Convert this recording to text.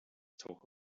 talk